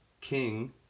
king